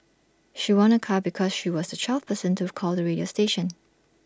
she won A car because she was the twelfth person to call the radio station